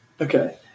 Okay